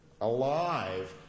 Alive